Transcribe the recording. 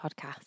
podcast